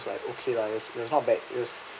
it's like okay lah it was not bad